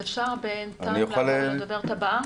אני מנהלת את קידום המדיניות והשותפויות שלארגון 121,